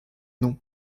non